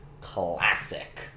classic